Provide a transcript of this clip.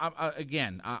again